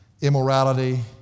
immorality